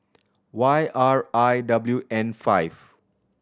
Y R I W N five